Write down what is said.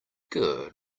good